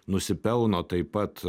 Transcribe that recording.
nusipelno taip pat